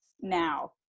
now